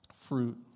fruit